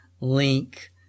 link